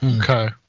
Okay